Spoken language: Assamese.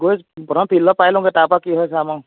গৈ প্ৰথম ফিল্ডত পাই লওগৈ তাৰপৰা কি হয় চাম আৰু